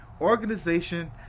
Organization